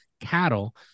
cattle